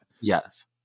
Yes